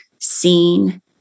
seen